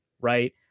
right